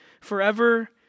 forever